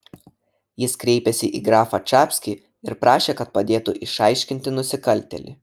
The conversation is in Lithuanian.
jis kreipėsi į grafą čapskį ir prašė kad padėtų išaiškinti nusikaltėlį